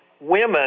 women